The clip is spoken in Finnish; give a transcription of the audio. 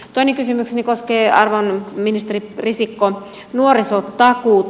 toinen kysymykseni koskee arvon ministeri risikko nuorisotakuuta